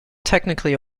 technically